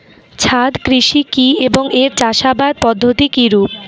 ছাদ কৃষি কী এবং এর চাষাবাদ পদ্ধতি কিরূপ?